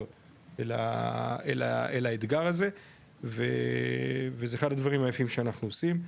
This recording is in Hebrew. אל האתגר הזה וזה אחד הדברים היפים שאנחנו עושים.